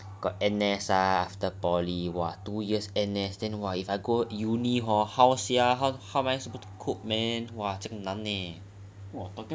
got N_S ah after poly !wah! two years N_S and if I go uni ah how sia how am I supposed to cope man what 这样难 eh